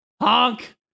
Honk